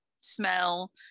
smell